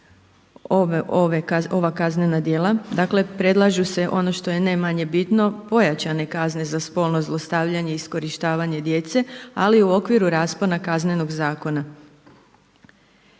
ova kaznena djela, dakle predlažu se ono što je ne manje bitno, pojačane kazne za spolno zlostavljanje i iskorištavanje djece ali u okviru raspona KZ-a.